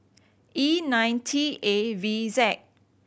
E nine T A V Z